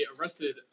arrested